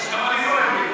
גם אני לא מבין.